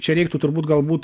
čia reiktų turbūt galbūt